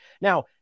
Now